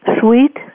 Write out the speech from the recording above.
Sweet